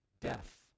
Death